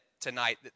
tonight